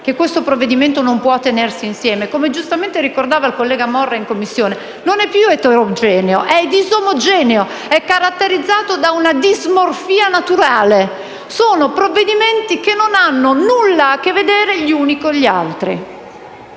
che questo provvedimento non può tenersi insieme. Come giustamente ricordava il collega Morra in Commissione, non è più eterogeneo, è disomogeneo; è caratterizzato da una dismorfia naturale. Sono provvedimenti che non hanno nulla a che vedere gli uni con gli altri